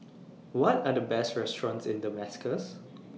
What Are The Best restaurants in Damascus